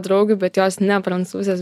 draugių bet jos ne prancūzės